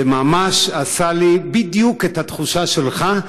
זה ממש עשה לי בדיוק את התחושה שלך.